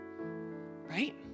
Right